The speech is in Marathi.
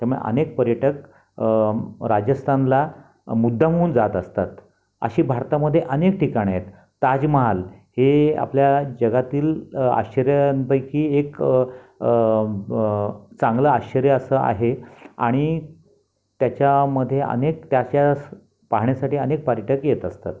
त्यामुळे अनेक पर्यटक राजस्थानला मुद्दामहून जात असतात अशी भारतामध्ये अनेक ठिकाणं आहेत ताजमहाल हे आपल्या जगातील आश्चर्यांपैकी एक चांगलं आश्चर्य असं आहे आणि त्याच्यामध्ये अनेक त्यास पाहण्यासाठी अनेक पर्यटक येत असतात